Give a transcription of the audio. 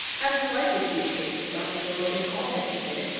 as was likely to be the case with dr. wortle in all that he did,